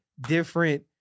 different